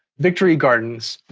victory gardens.